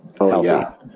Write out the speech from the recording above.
healthy